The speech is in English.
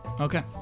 Okay